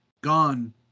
Gone